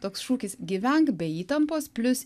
toks šūkis gyvenk be įtampos plius